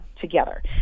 together